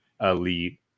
elite